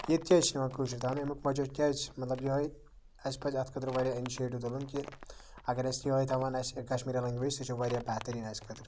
ییٚتہِ کیازِ چھُنہٕ یِوان کٲشُر تھاونہٕ اَمیُک وجہہ کیازِ چھُ مطلب یِہوے اَسہِ پَزِ اَتھ خٲطرٕ واریاہ اِنِشیٹِو تُلُن کہِ اَگر اَسہِ یِہوے تھاون اسہِ کَشمیٖری لنگویج سۄ چھِ واریاہ بہتریٖن اسہِ خٲطرٕ